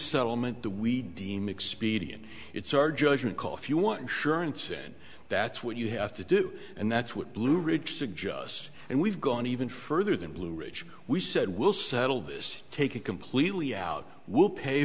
settlement the we deem expedient it's our judgment call if you want surance and that's what you have to do and that's what blue ridge suggests and we've gone even further than blue ridge we said we'll settle this take it completely out we'll pay